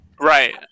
Right